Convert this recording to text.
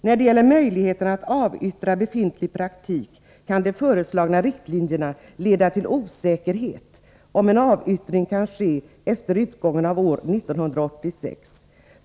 När det gäller möjligheterna att avyttra befintlig praktik kan de föreslagna riktlinjerna leda till osäkerhet om en avyttring kan ske efter utgången av år 1986.